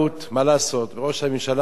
וראש הממשלה עכשיו מתפתל,